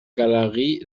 galerie